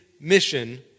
mission